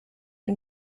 and